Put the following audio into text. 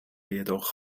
jedoch